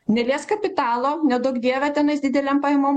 neliesk kapitalo neduok dieve tenais didelėm pajamom